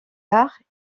arts